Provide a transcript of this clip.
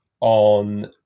on